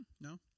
No